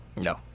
No